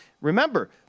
Remember